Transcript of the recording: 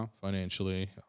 financially